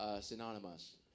synonymous